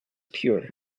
pure